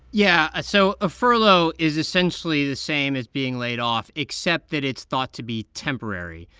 yeah. ah so a furlough is essentially the same as being laid off, except that it's thought to be temporary.